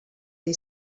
dei